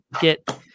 get